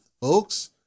folks